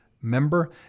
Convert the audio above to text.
member